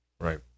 Right